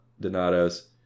Donato's